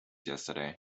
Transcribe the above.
yesterday